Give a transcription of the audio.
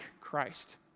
Christ